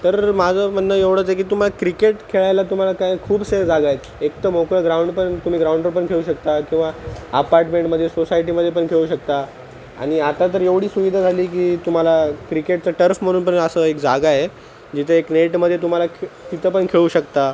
तर माझं म्हणणं एवढंच आहे की तुम्हाला क्रिकेट खेळायला तुम्हाला काय खूपसे जागा आहेत एक तर मोकळं ग्राउंड पण तुम्ही ग्राउंडवर पण खेळू शकता किंवा आपार्टमेंटमध्ये सोसायटीमध्ये पण खेळू शकता आणि आता तर एवढी सुविधा झाली आहे की तुम्हाला क्रिकेटचं टर्फ म्हणून पण असं एक जागा आहे जिथं एक नेटमध्ये तुम्हाला ख् तिथं पण खेळू शकता